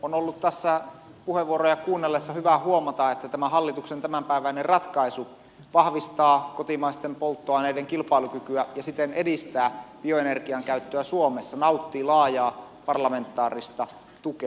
on ollut tässä puheenvuoroja kuunnellessa hyvä huomata että tämä hallituksen tämänpäiväinen ratkaisu vahvistaa kotimaisten polttoaineiden kilpailukykyä ja siten edistää bioenergian käyttöä suomessa nauttii laajaa parlamentaarista tukea